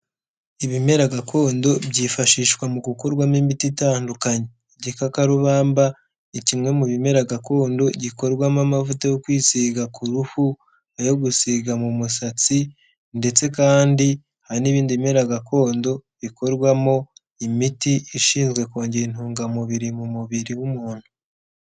Ibimera gakondo byifashishwa mu gukurwamo imiti itandukanye. Igikakarubamba ni kimwe mu bimera gakondo gikorwamo amavuta yo kwisiga ku ruhu, ayo gusiga mu musatsi ndetse kandi hari n'ibindi bimerara gakondo bikorwamo imiti ishinzwe kongera intungamubiri mu mubiri w'umuntu.